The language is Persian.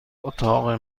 اتاق